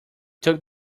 tuck